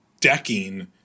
decking